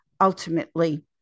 Ultimately